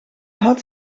had